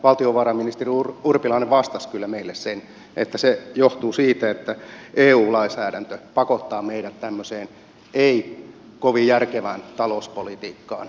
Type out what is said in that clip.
valtiovarainministeri urpilainen vastasi kyllä meille että se johtuu siitä että eu lainsäädäntö pakottaa meidät tämmöiseen ei kovin järkevään talouspolitiikkaan